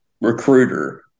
recruiter